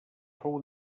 fou